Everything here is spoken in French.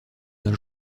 d’un